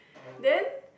then